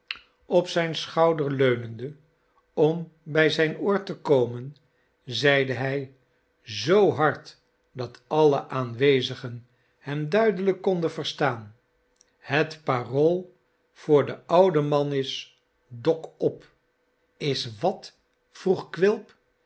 op zijn schouder leunende om bij zijn oor te komen zeide hij zoo hard dat alle aanwezigen hem duidelijk konden verstaan het parool voor den ouden man is dok op is wat vroeg quilp